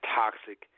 toxic